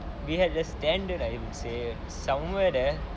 we had the standard I would say somewhere there